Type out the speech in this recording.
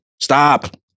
Stop